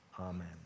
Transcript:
Amen